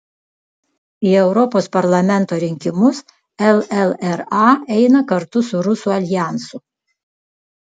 į europos parlamento rinkimus llra eina kartu su rusų aljansu